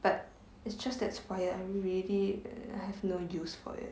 but it's just that it's wire I really uh I have no use for it